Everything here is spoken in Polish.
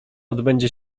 odbędzie